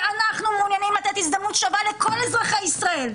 ואנחנו מעוניינים לתת הזדמנות שווה לכל אזרחי ישראל.